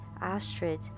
Astrid